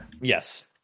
yes